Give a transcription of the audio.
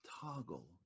toggle